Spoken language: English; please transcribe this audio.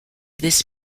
this